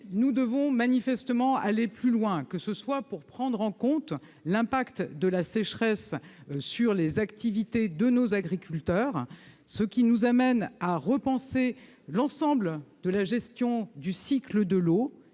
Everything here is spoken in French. nous devons manifestement aller plus loin, en particulier pour prendre en compte l'impact de la sécheresse sur les activités de nos agriculteurs, ce qui nous amène à repenser l'ensemble de la gestion du cycle de l'eau.